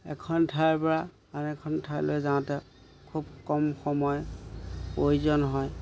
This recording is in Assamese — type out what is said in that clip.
এখন ঠাইৰপৰা আন এখন ঠাইলৈ যাওঁতে খুব কম সময় প্ৰয়োজন হয়